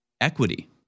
equity